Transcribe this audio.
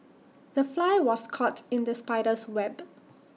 the fly was caught in the spider's web